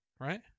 right